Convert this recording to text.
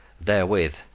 therewith